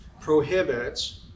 prohibits